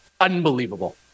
unbelievable